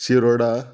Shiroda